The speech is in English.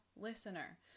listener